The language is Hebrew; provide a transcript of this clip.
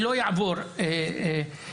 שלא יעבור במיידי.